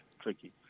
tricky